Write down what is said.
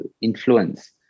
influence